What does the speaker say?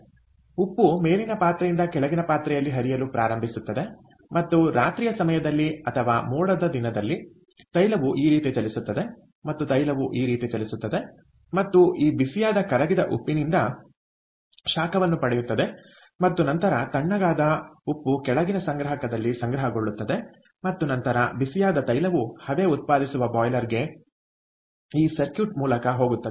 ಆದ್ದರಿಂದ ಉಪ್ಪು ಮೇಲಿನ ಪಾತ್ರೆಯಿಂದ ಕೆಳಗಿನ ಪಾತ್ರೆಯಲ್ಲಿ ಹರಿಯಲು ಪ್ರಾರಂಭಿಸುತ್ತದೆ ಮತ್ತು ರಾತ್ರಿಯ ಸಮಯದಲ್ಲಿ ಅಥವಾ ಮೋಡ ದಿನದಲ್ಲಿ ತೈಲವು ಈ ರೀತಿ ಚಲಿಸುತ್ತದೆ ಮತ್ತು ತೈಲವು ಈ ರೀತಿ ಚಲಿಸುತ್ತದೆ ಮತ್ತು ಈ ಬಿಸಿಯಾದ ಕರಗಿದ ಉಪ್ಪಿನಿಂದ ಶಾಖವನ್ನು ಪಡೆಯುತ್ತದೆ ಮತ್ತು ನಂತರ ತಣ್ಣಗಾದ ಉಪ್ಪು ಕೆಳಗಿನ ಸಂಗ್ರಹಕದಲ್ಲಿ ಸಂಗ್ರಹಗೊಳ್ಳುತ್ತದೆ ಮತ್ತು ನಂತರ ಬಿಸಿಯಾದ ತೈಲವು ಹಬೆ ಉತ್ಪಾದಿಸುವ ಬಾಯ್ಲರ್ಗೆ ಈ ಸರ್ಕ್ಯೂಟ್ ಮೂಲಕ ಹೋಗುತ್ತದೆ